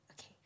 Okay